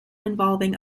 involving